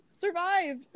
survive